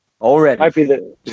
Already